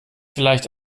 vielleicht